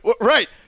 Right